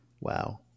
Wow